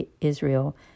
Israel